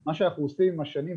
מה שאנחנו עושים עם השנים,